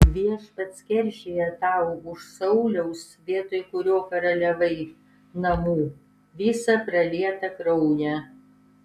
viešpats keršija tau už sauliaus vietoj kurio karaliavai namų visą pralietą kraują